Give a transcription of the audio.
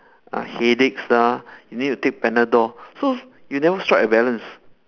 ah headaches lah you need to take panadol so you never strike a balance